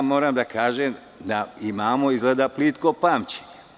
Moram da kažem da imamo izgleda plitko pamćenje.